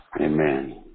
Amen